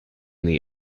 the